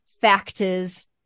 factors